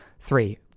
three